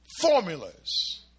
formulas